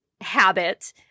habit